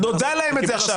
זה נודע להם עכשיו.